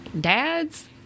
Dads